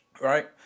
Right